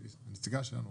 היא נציגה שלנו שם,